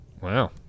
Wow